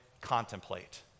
contemplate